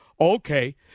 okay